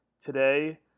today